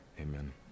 Amen